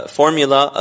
formula